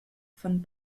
von